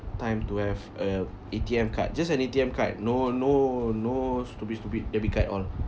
time to have a A_T_M card just an A_T_M card no no no stupid stupid debit card all